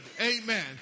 amen